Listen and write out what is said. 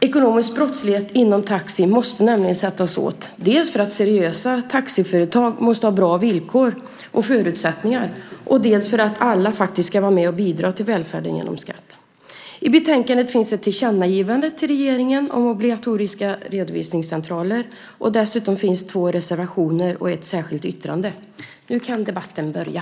Ekonomisk brottslighet inom taxibranschen måste nämligen sättas åt, dels för att seriösa taxiföretag måste ha bra villkor och förutsättningar, dels för att alla faktiskt ska vara med och bidra till välfärden genom skatt. I betänkandet finns ett tillkännagivande till regeringen om obligatoriska redovisningscentraler, och dessutom finns det två reservationer och ett särskilt yttrande. Nu kan debatten börja!